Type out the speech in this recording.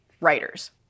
writers